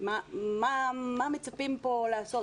מה מצפים כאן לעשות?